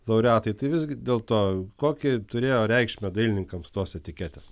laureatai tai visgi dėl to kokį turėjo reikšmę dailininkams tos etiketės